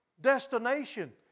destination